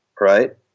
right